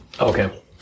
Okay